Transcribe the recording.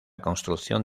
construcción